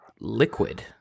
liquid